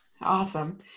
Awesome